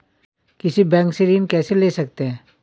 किसी बैंक से ऋण कैसे ले सकते हैं?